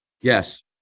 Yes